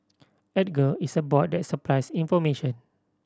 Edgar is a bot that supplies information